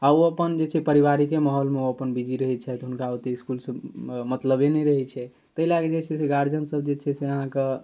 आओर ओ अपन जे छै पारिवारिके माहौलमे ओ अपन बिजी रहै छथि हुनका ओतेक इसकुलसँ मतलबे नहि रहै छै ताहि लऽ कऽ जे छै से गार्जिअनसभ जे छै से अहाँके